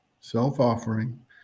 self-offering